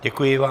Děkuji vám.